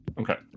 Okay